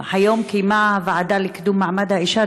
קיימה היום הוועדה לקידום מעמד האישה